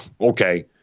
okay